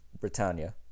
Britannia